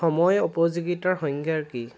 সময় উপযোগিতাৰ সংজ্ঞা কি